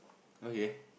okay